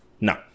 No